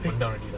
and